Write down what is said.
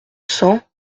cents